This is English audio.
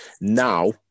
now